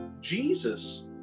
jesus